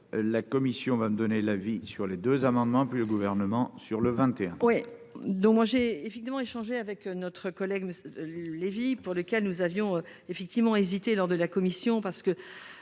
la Commission va me donner la vie sur les deux amendements puis le gouvernement sur le 21 oui. Donc moi j'ai effectivement échangé avec notre collègue Me Lévy pour lesquels nous avions effectivement hésité lors de la commission parce que